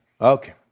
Okay